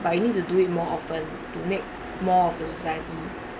but you need to do it more often to make more of the society